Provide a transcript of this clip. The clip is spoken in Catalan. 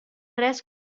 res